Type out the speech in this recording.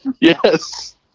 Yes